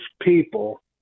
people